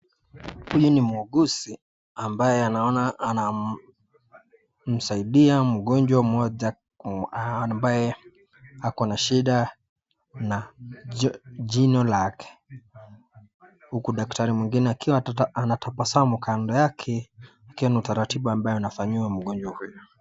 Huyu ni muuguzi ambaye anaona anamsaidia mgonjwa mmoja ambaye ako na shida na jino lake. Huki daktari mwingine akiwa anatabasamu kando yake akiona utaratibu ambayo anafanyiwa mgonjwa huyu.